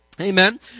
Amen